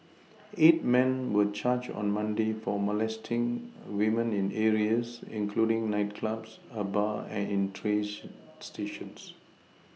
eight men were charged on Monday for molesting women in areas including nightclubs a bar and in trains stations